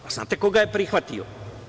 Znate ko ga je prihvatio?